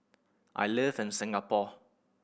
I live in Singapore